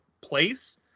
place